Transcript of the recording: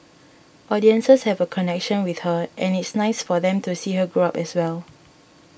audiences have a connection with her and it's nice for them to see her grow up as well